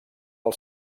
del